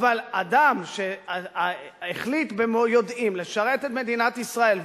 אבל אדם שהחליט ביודעין לשרת את מדינת ישראל,